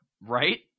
right